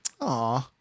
Aw